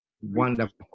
Wonderful